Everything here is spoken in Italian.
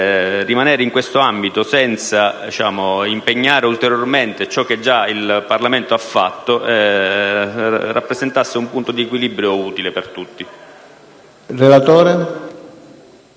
rimanere in questo ambito, senza un impegno ulteriore rispetto a ciò che il Parlamento ha fatto, rappresenti un punto di equilibrio utile per tutti.